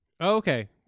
Okay